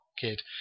kid